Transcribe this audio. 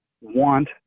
want